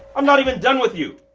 i'm not even done with you.